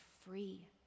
free